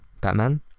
batman